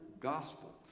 gospel